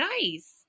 nice